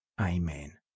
Amen